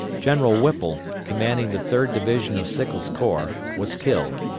general whipple, commanding the third division of sickles' corps, was killed.